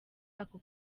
ako